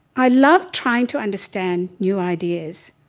i loved trying to understand new ideas.